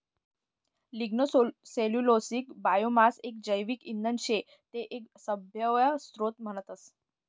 lignocellulosic biomass एक जैविक इंधन शे ते एक सभव्य स्त्रोत म्हणतस